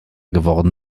geworden